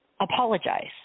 apologize